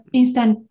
instant